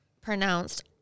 pronounced